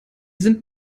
sind